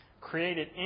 created